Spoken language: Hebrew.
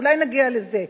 אולי נגיע לזה,